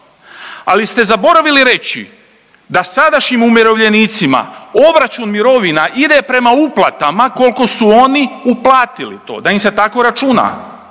ali ste zaboravili reci da sadašnjim umirovljenicima obračun mirovina ide prema uplatama kolko su oni uplatili to, da im se tako računa